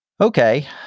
Okay